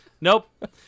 Nope